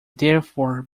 therefore